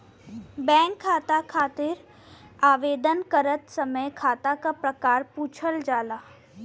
bank खाता खातिर आवेदन करत समय खाता क प्रकार पूछल जाला